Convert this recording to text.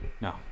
No